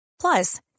Plus